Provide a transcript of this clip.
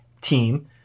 team